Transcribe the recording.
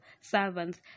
servants